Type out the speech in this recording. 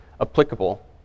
applicable